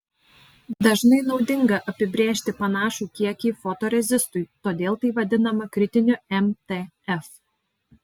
dažnai naudinga apibrėžti panašų kiekį fotorezistui todėl tai vadinama kritiniu mtf